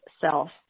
self